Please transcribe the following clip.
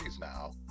now